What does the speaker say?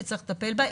שצריך לטפל בה,